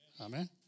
Amen